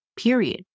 Period